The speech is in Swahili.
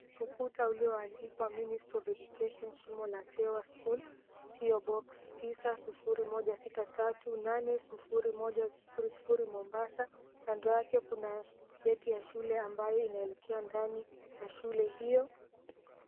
Ukuta ulioandikwa, Ministry of Education Shimo La Tewa School P.O. BOX 90163 - 80100 Mombasa. Kando yake kuna geti ya shule ambayo inaelekea ndani ya shule hiyo.